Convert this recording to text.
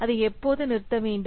அதை எப்போது நிறுத்த வேண்டும்